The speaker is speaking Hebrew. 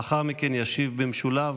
לאחר מכן ישיב במשולב